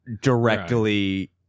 directly